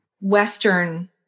Western